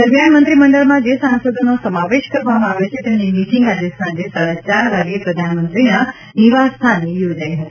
દરમિયાન મંત્રીમંડળમાં જે સાંસદોનો સમાવેશ કરવામાં આવ્યો છે તેમની મીટિંગ આજે સાંજે સાડા ચાર વાગે પ્રધાનમંત્રીના નિવાસસ્થાને યોજાઈ હતી